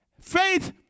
Faith